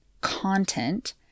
content